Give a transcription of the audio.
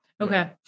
Okay